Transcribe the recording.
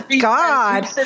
God